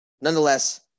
Nonetheless